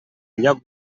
lloc